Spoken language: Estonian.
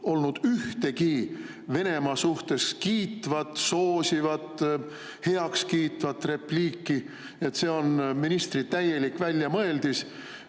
tulnud ühtegi Venemaa suhtes kiitvat, soosivat, heakskiitvat repliiki. See on ministri täielik väljamõeldis.